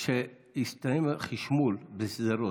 כשיסתיים החשמול בשדרות,